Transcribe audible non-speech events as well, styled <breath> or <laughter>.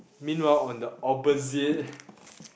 meanwhile on the opposite <breath>